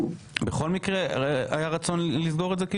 בכל מקרה היה רצון לסגור את זה?